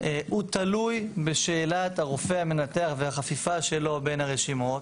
תלוי בשאלת הרופא המנתח והחפיפה שלו בין הרשימות,